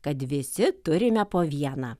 kad visi turime po vieną